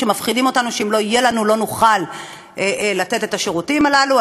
ומפחידים אותנו שאם לא יהיו לנו לא נוכל לקבל את השירותים הללו,